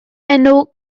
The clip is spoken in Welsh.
enw